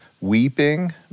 Weeping